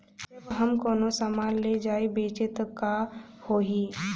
जब हम कौनो सामान ले जाई बेचे त का होही?